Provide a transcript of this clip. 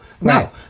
No